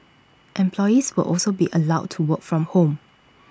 employees will also be allowed to work from home